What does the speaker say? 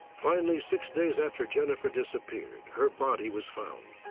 finally, six days after jennifer disappeared, her body was found.